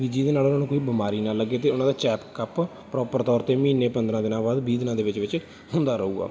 ਵੀ ਜਿਹਦੇ ਨਾਲ ਉਹਨਾ ਨੂੰ ਕੋਈ ਬਿਮਾਰੀ ਨਾ ਲੱਗੇ ਅਤੇ ਉਹਨਾਂ ਦਾ ਚੈਪ ਕਪ ਪ੍ਰੋਪਰ ਤੌਰ 'ਤੇ ਮਹੀਨੇ ਪੰਦਰਾਂ ਦਿਨਾਂ ਬਾਅਦ ਵੀਹ ਦਿਨਾਂ ਦੇ ਵਿੱਚ ਵਿੱਚ ਹੁੰਦਾ ਰਹੂਗਾ